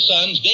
sons